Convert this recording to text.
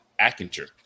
Accenture